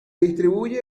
distribuye